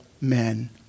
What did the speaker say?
men